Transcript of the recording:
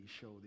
show